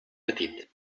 petit